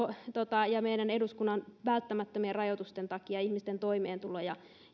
ja meidän eduskunnan välttämättömien rajoitusten takia ihmisten toimeentulo ja